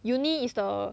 uni is the